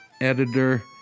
editor